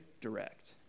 direct